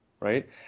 Right